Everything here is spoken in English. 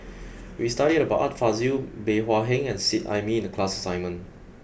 we studied about Art Fazil Bey Hua Heng and Seet Ai Mee in the class assignment